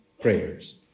prayers